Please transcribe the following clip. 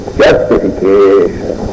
justification